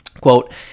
quote